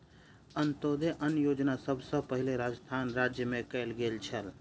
अन्त्योदय अन्न योजना सभ सॅ पहिल राजस्थान राज्य मे कयल गेल छल